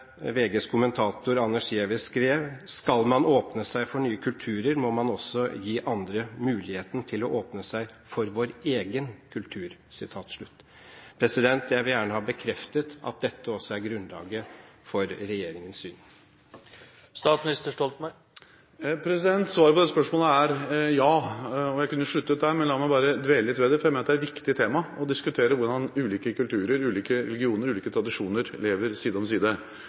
VGs kommentator Anders Giæver skrev: «Skal man åpne seg for nye kulturer må man også gi andre muligheten til å åpne seg for vår egen kultur.» Jeg vil gjerne ha bekreftet at dette også er grunnlaget for regjeringens syn. Svaret på det spørsmålet er ja. Jeg kunne sluttet der, men la meg dvele litt ved det, for jeg mener det er et viktig tema å diskutere hvordan ulike kulturer, ulike religioner og ulike tradisjoner lever side om side.